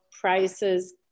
prices